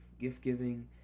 gift-giving